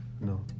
No